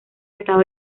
estado